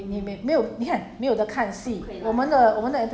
对可是你很你因为你没有应酬